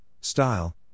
style